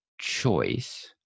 choice